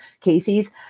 cases